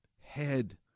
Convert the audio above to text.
head